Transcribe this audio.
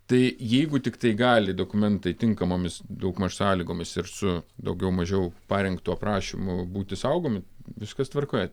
tai jeigu tiktai gali dokumentai tinkamomis daugmaž sąlygomis ir su daugiau mažiau parengtu aprašymu būti saugomi viskas tvarkoje